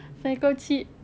that's call cheat